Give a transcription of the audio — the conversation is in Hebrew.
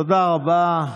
תודה רבה.